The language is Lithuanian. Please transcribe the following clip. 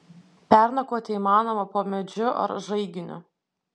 pernakvoti įmanoma po medžiu ar žaiginiu